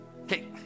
Okay